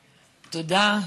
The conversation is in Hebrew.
תודה.